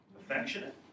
Affectionate